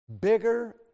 Bigger